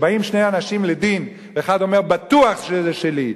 כשבאים שני אנשים לדין ואחד אומר: בטוח שזה שלי,